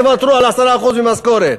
תוותרו על 10% מהמשכורת.